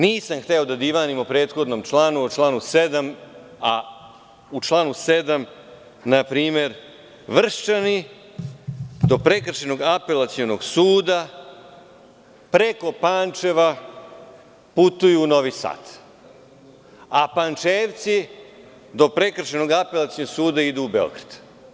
Nisam hteo da divanim o prethodnom članu, o članu 7. U članu 7. npr. Vrščani do Prekršajnog apelacionog suda preko Pančeva putuju u Novi Sad, a Pančevci do Prekršajnog apelacionog suda idu u Beograd.